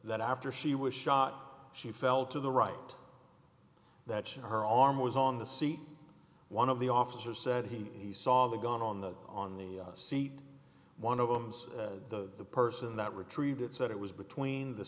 that after she was shot she fell to the right that she her arm was on the seat one of the officer said he saw the gun on the on the seat one of them's the person that retrieved it said it was between the